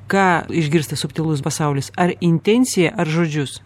ką išgirsta subtilus pasaulis ar intenciją ar žodžius